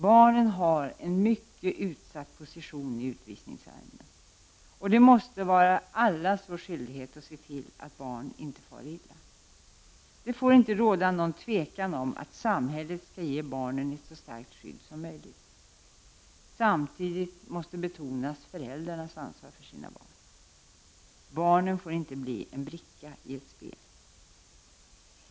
Barnen har en mycket utsatt position i utvisningsärenden. Det måste vara allas vår skyldighet att se till att barn inte far illa. Det får inte råda något tvivel om att samhället skall ge barnen ett så starkt skydd som möjligt. Samtidigt måste föräldrarnas ansvar för sina barn betonas. Barnen får inte bli en bricka i ett spel.